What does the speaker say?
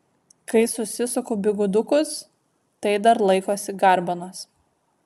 kai susisuku bigudukus tai dar laikosi garbanos